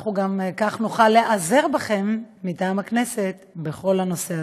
כך אנחנו גם נוכל להיעזר בכם מטעם הכנסת בכל הנושא הזה.